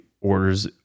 orders